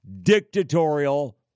dictatorial